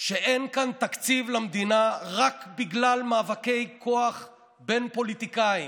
אין כאן תקציב למדינה רק בגלל מאבקי כוח בין פוליטיקאים,